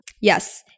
Yes